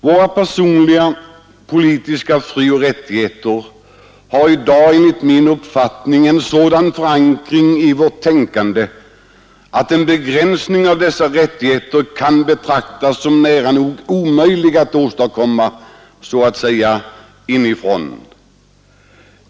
Våra personliga politiska frioch rättigheter har i dag enligt min uppfattning en sådan förankring i vårt tänkande att en begränsning av dem kan betraktas som nära nog omöjlig att åstadkomma så att säga inifrån.